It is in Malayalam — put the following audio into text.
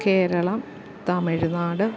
കേരളം തമിഴ്നാട്